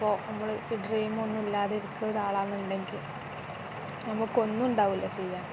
അപ്പോൾ നമ്മൾ ഈ ഡ്രീം ഒന്നും ഇല്ലാതെ ഇരിക്കുന്ന ഒരാളാണെന്നുണ്ടെങ്കിൽ നമുക്കൊന്നും ഉണ്ടാകില്ല ചെയ്യാൻ